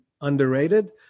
underrated